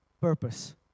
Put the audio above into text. purpose